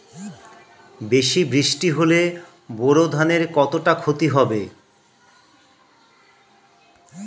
বেশি বৃষ্টি হলে বোরো ধানের কতটা খতি হবে?